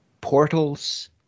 portals